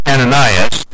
Ananias